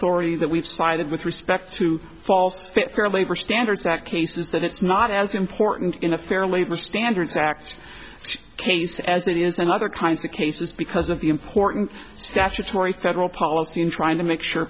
story that we've sided with respect to false fair labor standards act cases that it's not as important in a fair labor standards act case as it is and other kinds of cases because of the important statutory federal policy in trying to make sure